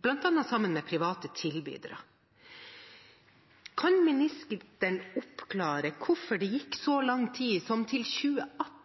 bl.a. sammen med private tilbydere. Kan ministeren oppklare hvorfor det gikk så lang tid som til 2018